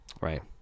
right